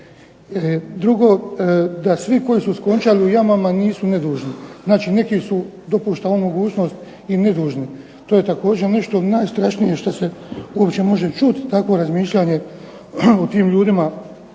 tome, da svi koji su skončali u jamama nisu nedužni, znači neki su dopušta ovu mogućnost i nedužni. To je nešto najstrašnije što se može čuti takvo mišljenje o ljudima